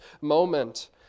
moment